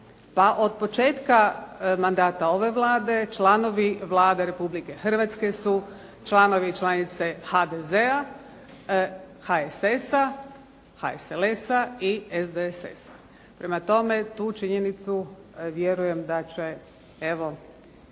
pa od početka mandata ove Vlade, članovi vlade Republike Hrvatske su članovi i članice HDZ-a, HSS-a, HSLS-a, i SDSS-a. Prema tome, tu činjenicu vjerujem da će evo